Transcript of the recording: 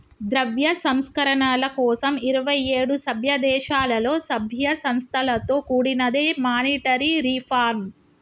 ద్రవ్య సంస్కరణల కోసం ఇరవై ఏడు సభ్యదేశాలలో, సభ్య సంస్థలతో కూడినదే మానిటరీ రిఫార్మ్